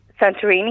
Santorini